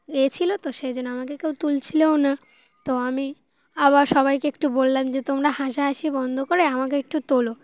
এ ছিলো তো সেই জন্য আমাকে কেউ তুলছিলও না তো আমি আবার সবাইকে একটু বললাম যে তোমরা হাস হাসি বন্ধ করে আমাকে একটু তোলো